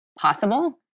possible